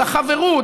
החברות,